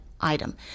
item